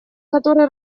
который